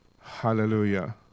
Hallelujah